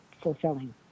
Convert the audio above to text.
fulfilling